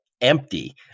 empty